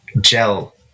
gel